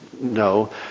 No